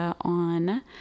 on